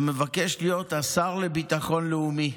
ומבקש להיות השר לביטחון לאומי,